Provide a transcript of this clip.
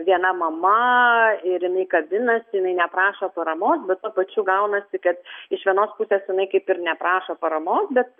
viena mama ir jinai kabinasi jinai neprašo paramos bet tuo pačiu gaunasi kad iš vienos pusės jinai kaip ir neprašo paramos bet